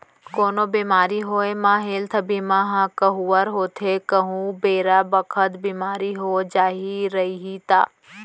कोनो बेमारी होये म हेल्थ बीमा ह कव्हर होथे कहूं बेरा बखत बीमा हो जाही रइही ता